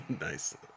Nice